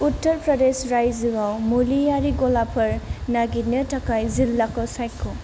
उत्तर प्रदेश रायजोआव मुलिआरि गलाफोर नागिरनो थाखाय जिल्लाखौ सायख'